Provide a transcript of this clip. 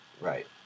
Right